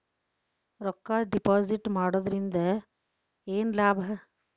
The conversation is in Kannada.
ರೊಕ್ಕ ಡಿಪಾಸಿಟ್ ಮಾಡುವುದರಿಂದ ಏನ್ ಲಾಭ?